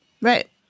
Right